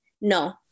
No